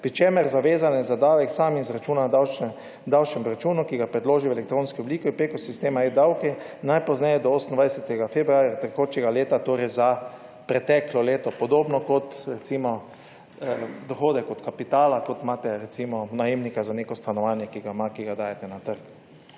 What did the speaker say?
čemer zavezanec za davek sam izračuna davčni obračun, ki ga predloži v elektronski obliki prek sistema eDdavki najpozneje do 28. februarja tekočega leta, torej za preteklo leto. Podobno kot recimo dohodek od kapitala, kot imate recimo najemnika za neko stanovanje, ki ga ima, ki ga dajete na trg.